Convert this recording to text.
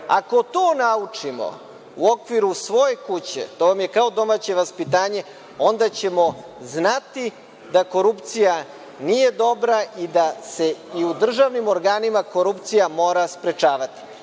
to naučimo u okviru svoje kuće, to vam je kao domaće vaspitanje, onda ćemo znati da korupcija nije dobra i da se i u državnim organima korupcija mora sprečavati.